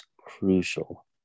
crucial